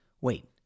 Wait